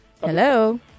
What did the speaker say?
Hello